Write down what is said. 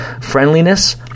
friendliness